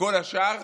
כל השאר,